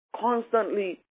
constantly